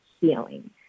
healing